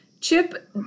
Chip